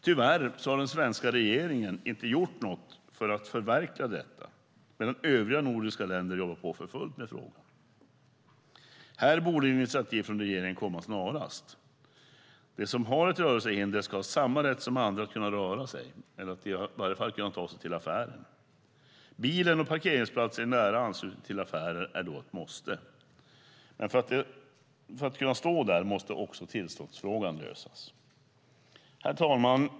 Tyvärr har den svenska regeringen inte gjort något för att förverkliga detta, medan övriga nordiska länder jobbar för fullt med frågan. Här borde initiativ från regeringen komma snarast. De som har ett rörelsehinder ska ha samma rätt som andra att röra sig eller i varje fall ta sig till affären. Bilen och parkeringsplatser i nära anslutning till affärer är då ett måste, men för att människor ska kunna stå där måste även tillståndsfrågan lösas. Herr talman!